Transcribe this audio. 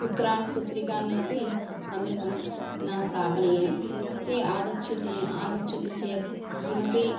पुत्रान् पुत्रिकान् अपि समीपं न स्थापनीयं ते आगच्छन्ति आगच्छन्ति चेत् किमपि